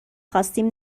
خواستیم